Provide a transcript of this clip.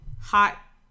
hot